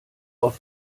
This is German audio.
auf